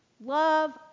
Love